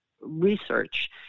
research